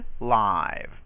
live